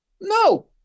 no